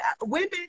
women